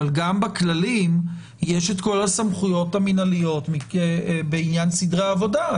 אבל גם בכללים יש את כל הסמכויות המינהליות בעניין סדרי העבודה.